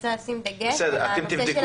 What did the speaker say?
רוצה להשיג דגש על הנושא של --- אוקיי.